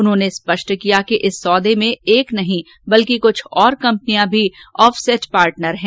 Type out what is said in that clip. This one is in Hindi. उन्होंने स्पष्ट किया कि इस सौदे में एक नहीं बल्कि कृष्ठ और कंपनियां भी ऑफसेट पार्टनर है